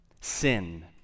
sin